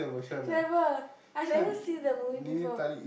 never I never see that movie before